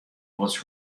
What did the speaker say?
was